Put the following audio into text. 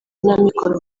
n’amikoro